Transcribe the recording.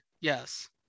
yes